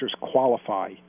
qualify